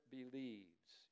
believes